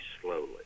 slowly